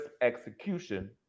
execution